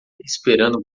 esperando